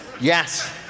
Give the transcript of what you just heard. yes